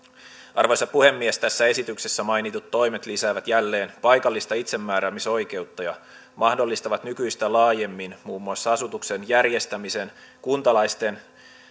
arvoisa puhemies tässä esityksessä mainitut toimet lisäävät jälleen paikallista itsemääräämisoikeutta ja mahdollistavat nykyistä laajemmin muun muassa asutuksen järjestämisen kuntalaisten